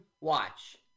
watch